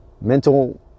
Mental